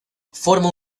forma